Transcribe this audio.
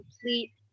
complete